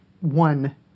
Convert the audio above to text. one